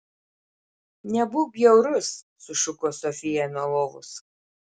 nebūk bjaurus sušuko sofija nuo lovos